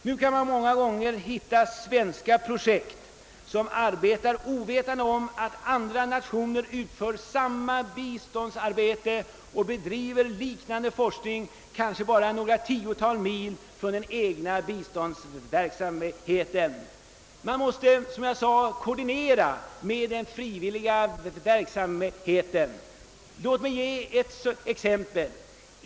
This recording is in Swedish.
Nu kan man många gånger hitta svenska organ som arbetar ovetande om att andra nationer utför samma biståndsarbete och bedriver liknande forskning kanske bara något tiotal mil från den egna biståndsverksamheten. Man måste som jag sade koordinera verksamheten. Låt mig där bara ta ett exempel.